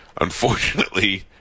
Unfortunately